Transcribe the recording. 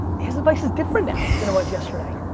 his advice is different now than it was yesterday.